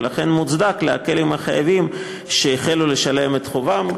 ולכן מוצדק להקל עם החייבים שהחלו לשלם את חובם,